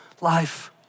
life